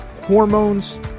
hormones